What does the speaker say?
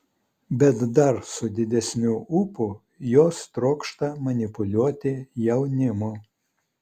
bet dar su didesniu ūpu jos trokšta manipuliuoti jaunimu